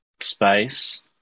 Space